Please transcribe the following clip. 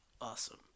Awesome